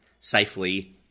safely